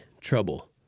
trouble